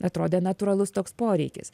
atrodė natūralus toks poreikis